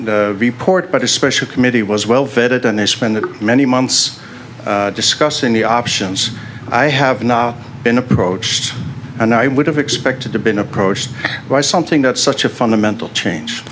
report but a special committee was well vetted and they spent many months discussing the options i have not been approached and i would have expected to been approached by something that such a fundamental change